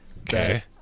Okay